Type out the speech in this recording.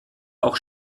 auch